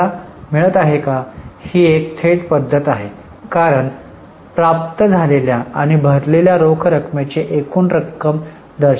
तुम्हाला मिळत आहे ही एक थेट पद्धत आहे कारण प्राप्त झालेल्या आणि भरलेल्या रोख रकमेची एकूण रक्कम दर्शवली आहे